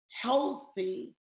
healthy